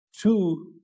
Two